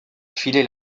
filé